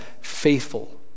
faithful